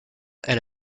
elle